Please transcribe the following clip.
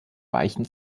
weichen